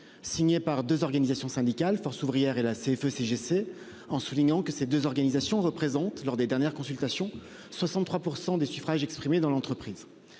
signé par 2 organisations syndicales Force ouvrière et la CFE-CGC en soulignant que ces 2 organisations représentent lors des dernières consultations 63% des suffrages exprimés dans l'entreprise,